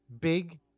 big